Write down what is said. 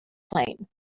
plane